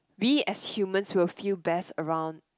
we as human will feel best around